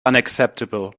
unacceptable